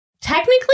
technically